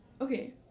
Okay